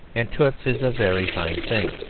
and toots is a very fine thing.